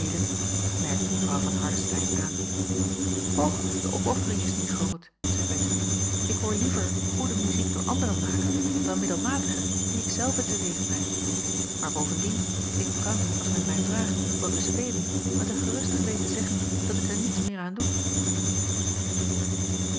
merkte mw van hardestein aan och de opoffering is niet groot zeî bettemie ik hoor liever goede muziek door anderen maken dan middelmatige die ik zelve te weeg breng maar bovendien ik kan nu als men mij vraagt wat te spelen met een gerust geweten zeggen dat ik er niets meer aan doe